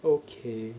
okay